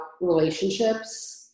relationships